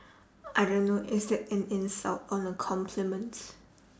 I don't know is that an insult or a compliment